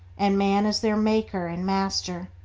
and man is their maker and master.